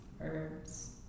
herbs